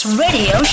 radio